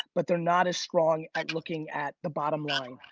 but they're not as strong at looking at the bottom line.